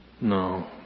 No